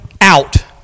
out